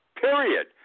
period